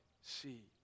see